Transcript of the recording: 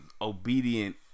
obedient